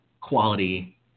quality